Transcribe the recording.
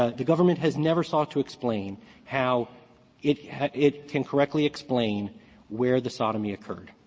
ah the government has never sought to explain how it has it can correctly explain where the sodomy occurred.